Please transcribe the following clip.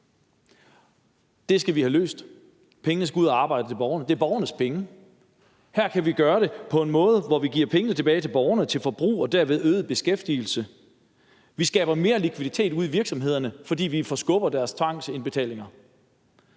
Det skal vi have løst. Pengene skal ud og arbejde hos borgerne. Det er borgernes penge. Her kan vi gøre det på en måde, hvor vi giver pengene tilbage til borgerne til forbrug og dermed til øget beskæftigelse. Vi skaber mere likviditet ude i virksomhederne, fordi vi forskubber deres tvangsindbetalinger.